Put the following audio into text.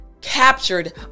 captured